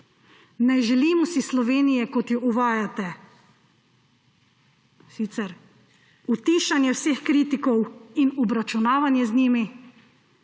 Ne želimo si Slovenije, kot jo uvajate, in sicer utišanje vseh kritikov in obračunavanje z njimi,